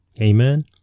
Amen